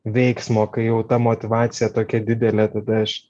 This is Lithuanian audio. veiksmo kai jau ta motyvacija tokia didelė tada aš